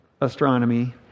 astronomy